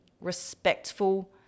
respectful